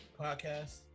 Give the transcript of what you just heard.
podcast